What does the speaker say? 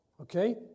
Okay